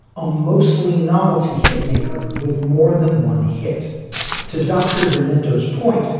a mostly novelty hit maker with more than one hit to dr. dementors point.